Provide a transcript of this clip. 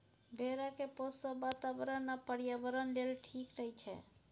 भेड़ा केँ पोसब बाताबरण आ पर्यावरण लेल ठीक नहि छै